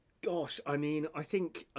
gosh, i mean, i think,